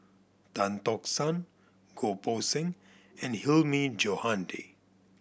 Tan Tock San Goh Poh Seng and Hilmi Johandi